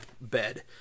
bed